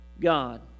God